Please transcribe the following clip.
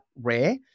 rare